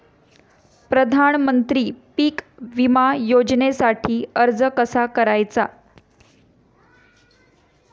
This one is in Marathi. प्रधानमंत्री पीक विमा योजनेसाठी अर्ज कसा करायचा?